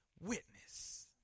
witness